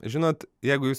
žinot jeigu jūs